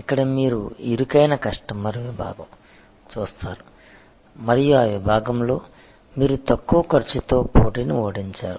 ఇక్కడ మీరు ఇరుకైన కస్టమర్ విభాగం చూస్తారు మరియు ఆ విభాగంలో మీరు తక్కువ ఖర్చుతో పోటీని ఓడించారు